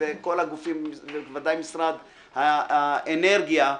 ובוודאי משרד האנרגיה,